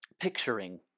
picturing